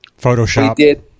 Photoshop